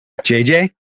JJ